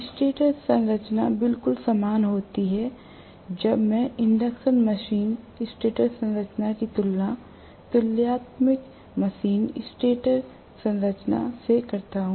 stator संरचना बिल्कुल समान होती है जब मैं इंडक्शन मशीन स्टेटर संरचना की तुलना तुल्यकालिक मशीन स्टेटर संरचना से करता हूं